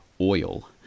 oil